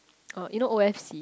oh you know O_F_C